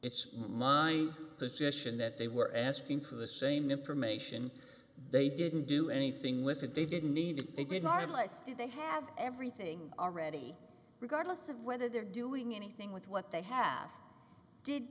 it's mine position that they were asking for the same information they didn't do anything with it they didn't need to they did not unless they have everything already regardless of whether they're doing anything with what they have did